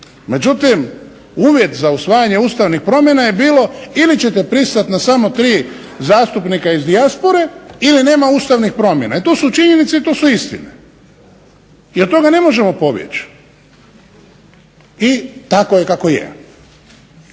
međutim uvjet za usvajanje ustavnih promjena je bilo ili ćete pristat na samo 3 zastupnika iz dijaspore ili nema ustavnih promjena. I to su činjenice, to su istine i od toga ne možemo pobjeći i tako je kako je.